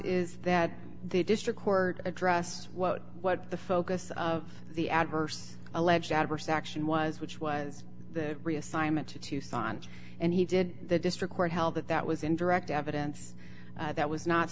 is that the district court address what what the focus of the adverse alleged adverse action was which was the reassignment to tucson and he did the district court held that that was in direct evidence that was not